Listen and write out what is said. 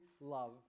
love